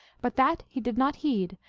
but that he did not heed,